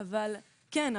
כן,